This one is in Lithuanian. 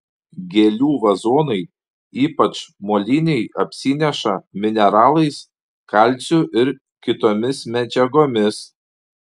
gėlių vazonai ypač moliniai apsineša mineralais kalciu ir kitomis medžiagomis